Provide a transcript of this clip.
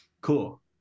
Cool